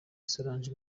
solange